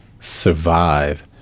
survive